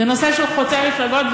זה נושא שהוא חוצה מפלגות,